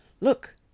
Look